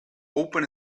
open